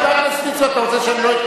חבר הכנסת ליצמן, אתה רוצה שאני לא,